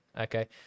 okay